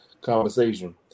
conversation